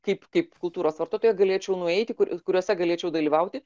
kaip kaip kultūros vartotoja galėčiau nueiti kur kuriuose galėčiau dalyvauti